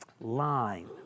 line